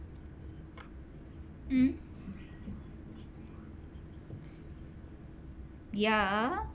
mm ya